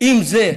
אם זו